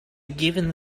giving